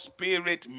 spirit